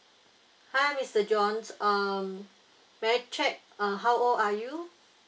hi mister john um may I check uh how old are you